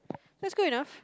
that's good enough